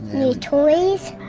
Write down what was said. new toys.